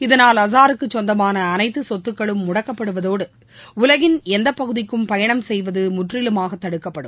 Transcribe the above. இதனால் அசாருக்கு சொந்தமான அனைத்து சொத்துக்களும் முடக்கப்படுவதோடு உலகின் எந்த பகுதிக்கும் பயணம் செய்வது முற்றிலுமாக தடுக்கப்படும்